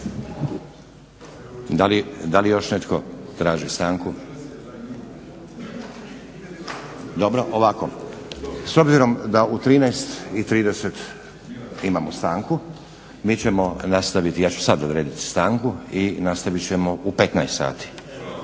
Da li još netko traži stanku? Dobro, ovako. S obzirom da u 13 i 30 imamo stanku, mi ćemo nastaviti. Ja ću sad odrediti stanku. I nastavit ćemo u 15.00 sati